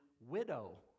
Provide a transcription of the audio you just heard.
widow